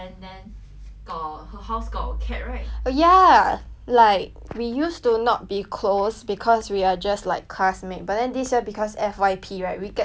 oh ya like we used to not be close because we are just like classmate but then this year because F_Y_P right we get to like become teammates together